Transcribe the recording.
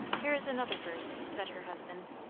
here is another verse, said her husband,